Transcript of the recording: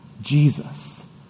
Jesus